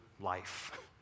life